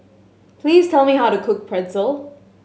please tell me how to cook Pretzel